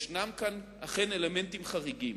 אכן יש כאן אלמנטים חריגים: